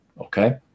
okay